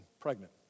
pregnant